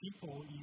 people